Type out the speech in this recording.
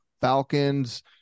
Falcons